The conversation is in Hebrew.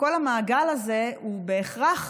כל המעגל הזה בהכרח